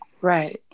Right